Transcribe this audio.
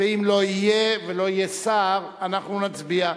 ואם לא יהיה, ולא יהיה שר, אנחנו נצביע.